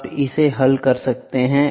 आप इसे हल कर सकते हैं